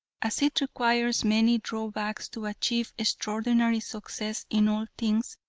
as it requires many drawbacks to achieve extraordinary success in all things,